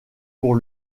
pour